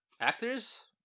Actors